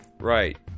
Right